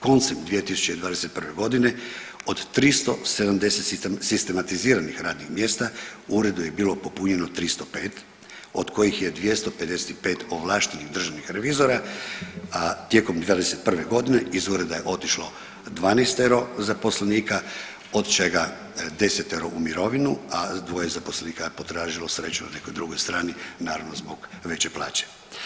Koncem 2021.g. od 370 sistematiziranih radnih mjesta u uredu je bilo popunjeno 305 od kojih je 255 ovlaštenih državnih revizora, a tijekom '21.g. iz ureda je otišlo 12 zaposlenika od čega 10 u mirovinu, a dvoje zaposlenika je potražilo sreću na nekoj drugoj strani naravno zbog veće plaće.